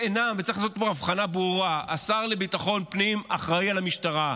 צריך לעשות פה הבחנה ברורה: השר לביטחון פנים אחראי למשטרה,